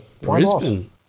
Brisbane